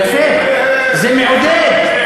זה יפה, זה מעודד.